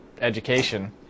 education